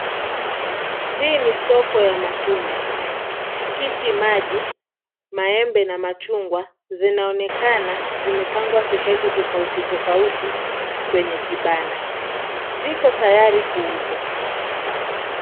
Hii ni soko ya matunda. Tikitimaji, maembe na machungwa zinaonekana zimepangwa sehemu tofauti tofauti kwenye kibanda. Ziko tayari kuuzwa.